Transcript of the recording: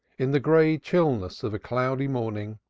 in the gray chillness of a cloudy morning,